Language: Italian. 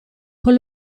con